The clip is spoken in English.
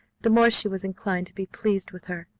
the more she was inclined to be pleased with her.